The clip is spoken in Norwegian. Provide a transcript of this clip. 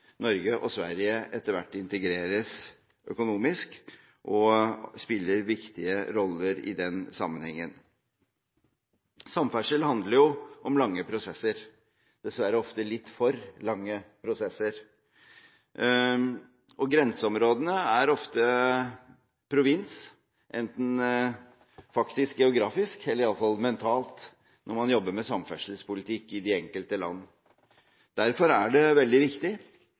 Norge og Sverige etter hvert integreres økonomisk og spiller viktige roller i den sammenhengen. Samferdsel handler jo om lange prosesser – dessverre ofte litt for lange prosesser. Grenseområdene er ofte provins, enten faktisk geografisk eller i alle fall mentalt når man jobber med samferdselspolitikk i de enkelte land. Derfor er det veldig viktig